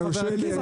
תן לו לסיים.